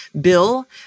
bill